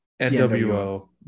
NWO